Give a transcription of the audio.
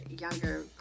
younger